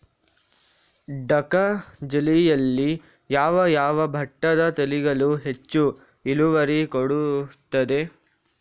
ದ.ಕ ಜಿಲ್ಲೆಯಲ್ಲಿ ಯಾವ ಯಾವ ಭತ್ತದ ತಳಿಗಳು ಹೆಚ್ಚು ಇಳುವರಿ ಕೊಡುತ್ತದೆ?